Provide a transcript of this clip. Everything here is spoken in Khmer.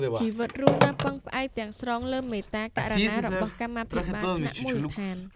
ជីវិតរស់នៅពឹងផ្អែកទាំងស្រុងលើមេត្តាករុណារបស់ "កម្មាភិបាល" ថ្នាក់មូលដ្ឋាន។